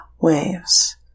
waves